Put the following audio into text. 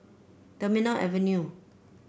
Terminal Avenue